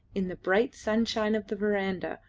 in the bright sunshine of the verandah,